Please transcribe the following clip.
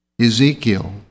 Ezekiel